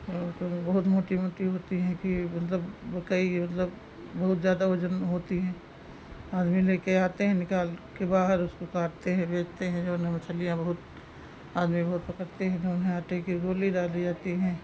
और कोनो बहुत मोटी मोटी होती हैं कि मतलब वह कई मतलब बहुत ज़्यादा वज़न होती हैं आदमी लेकर आते हैं निकाल कर बाहर उसको काटते हैं बेचते हैं जो है मछलियाँ बहुत आदमी बहुत पकड़ते हैं जो है आटे की गोली डाली जाती हैं